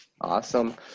Awesome